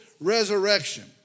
resurrection